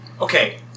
Okay